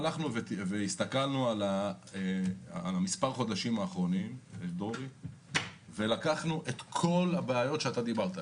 כשהסתכלנו אל מספר החודשים האחרונים ולקחנו את כל הבעיות שהעלית,